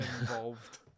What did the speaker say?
involved